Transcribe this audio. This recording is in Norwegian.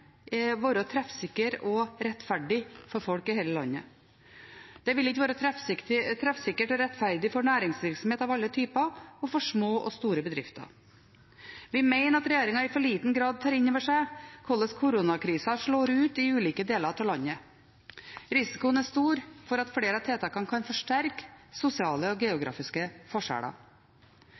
være treffsikre og rettferdige for folk i hele landet. Det vil ikke være treffsikkert og rettferdig for næringsvirksomhet av alle typer og for små og store bedrifter. Vi mener at regjeringen i for liten grad tar inn over seg hvordan koronakrisa slår ut i ulike deler av landet. Risikoen er stor for at flere av tiltakene kan forsterke sosiale og geografiske forskjeller.